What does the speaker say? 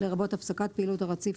לרבות הפסקת פעילות הרציף,